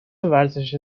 ورزش